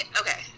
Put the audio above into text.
okay